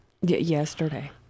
yesterday